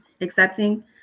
accepting